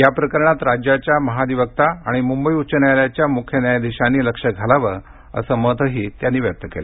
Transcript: या प्रकरणात राज्याच्या महाधिवक्ता आणि मुंबई उच्च न्यायालयाच्या मुख्य न्यायाधीशांनी लक्ष घालावं असं मतही त्यांनी व्यक्त केलं